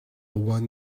one